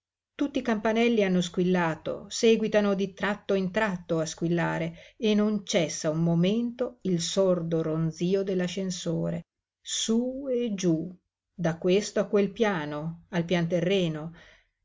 tutti i campanelli hanno squillato seguitano di tratto in tratto a squillare e non cessa un momento il sordo ronzio dell'ascensore sú e giú da questo a quel piano al pianterreno